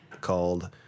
called